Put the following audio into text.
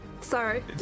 Sorry